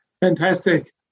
Fantastic